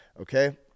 Okay